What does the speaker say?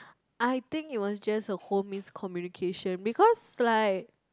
I think it was just a whole miscommunication because like